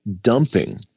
dumping